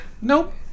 nope